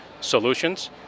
solutions